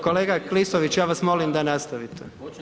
Kolega Klisović, ja vas molim da nastavite.